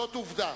זאת עובדה.